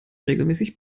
regelmäßig